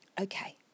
okay